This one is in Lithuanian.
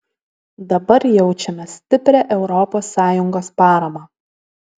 dabar jaučiame stiprią europos sąjungos paramą